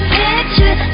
picture